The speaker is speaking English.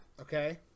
Okay